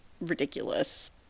ridiculous